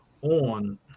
on